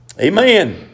Amen